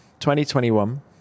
2021